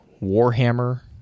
Warhammer